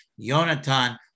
Yonatan